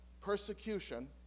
persecution